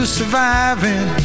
surviving